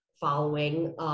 following